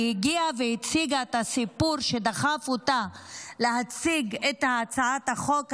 היא הגיעה והציגה את הסיפור שדחף אותה להציג את הצעת החוק הזאת,